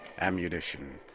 ammunition